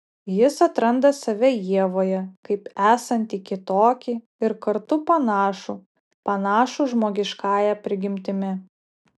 jis atranda save ievoje kaip esantį kitokį ir kartu panašų panašų žmogiškąja prigimtimi